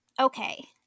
Okay